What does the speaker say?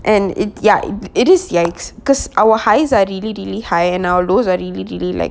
and it ya it it is yicks because our highs are really really high and our lows are really really like